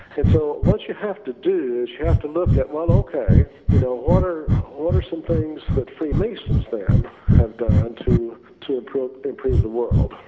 and so what you have to do is you have to look at well okay you know, order order some things that free masons then have gone to to improve improve the world,